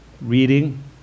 reading